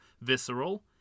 visceral